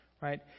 right